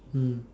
mm